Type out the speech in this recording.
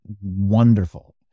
wonderful